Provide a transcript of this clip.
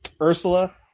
Ursula